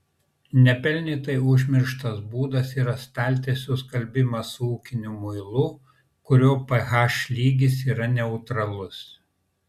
nepelnytai užmirštas būdas yra staltiesių skalbimas su ūkiniu muilu kurio ph lygis yra neutralus